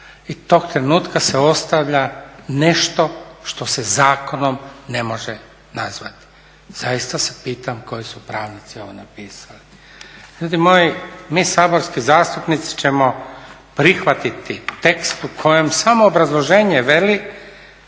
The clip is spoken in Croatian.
i tog trenutka se ostavlja nešto što se zakonom ne može nazvati. Zaista se pitam koji su pravnici ovo napisali. Ljudi moji mi saborski zastupnici ćemo prihvatiti tekst u kojem samo obrazloženje veli